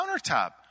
countertop